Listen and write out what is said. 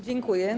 Dziękuję.